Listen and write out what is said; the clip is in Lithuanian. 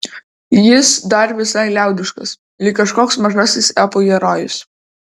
jis dar visai liaudiškas lyg kažkoks mažasis epų herojus